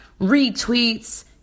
retweets